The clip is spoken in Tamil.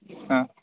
ஆ